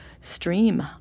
stream